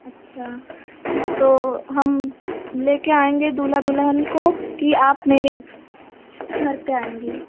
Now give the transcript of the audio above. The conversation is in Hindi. अच्छा तो हम लेकर आएँगे दूल्हा दुल्हन को कि आप मेरे घर पर आएँगी